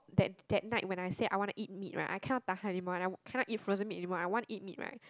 that that night when I said I wanna eat meat right I cannot tahan anymore and I cannot eat frozen meat anymore I want eat meat right